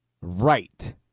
Right